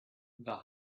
the